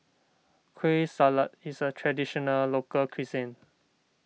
Kueh Salat is a Traditional Local Cuisine